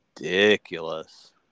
ridiculous